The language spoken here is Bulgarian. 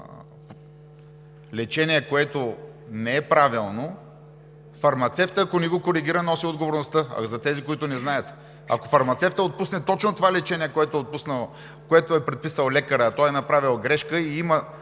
лечение, което не е правилно, фармацевтът, ако не го коригира, носи отговорността – за тези, които не знаят. Ако фармацевтът отпусне точно това лечение, което е предписал лекарят, а той е направил грешка и има